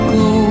go